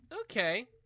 Okay